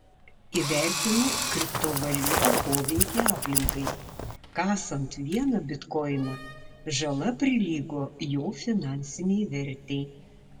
įvertino kriptovaliutų poveikį aplinkai kasant vieną bitkoiną žala prilygo jo finansinei vertei